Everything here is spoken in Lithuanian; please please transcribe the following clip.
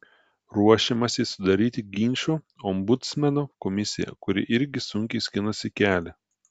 ruošiamasi sudaryti ginčų ombudsmeno komisiją kuri irgi sunkiai skinasi kelią